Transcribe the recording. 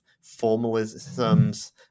formalisms